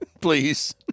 please